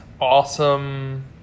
awesome